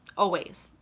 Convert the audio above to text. always.